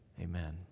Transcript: Amen